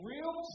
Real